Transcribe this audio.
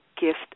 gift